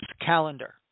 calendar